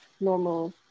normal